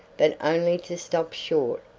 but only to stop short,